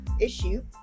issue